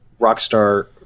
Rockstar